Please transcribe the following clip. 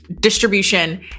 distribution